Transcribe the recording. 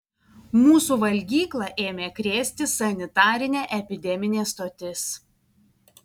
mūsų valgyklą ėmė krėsti sanitarinė epideminė stotis